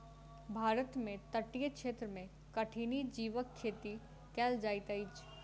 भारत में तटीय क्षेत्र में कठिनी जीवक खेती कयल जाइत अछि